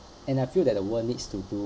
and I feel that the world needs to do